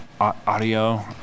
audio